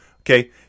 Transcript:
okay